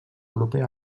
proper